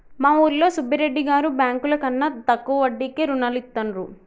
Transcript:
మా ఊరిలో సుబ్బిరెడ్డి గారు బ్యేంకుల కన్నా తక్కువ వడ్డీకే రుణాలనిత్తండ్రు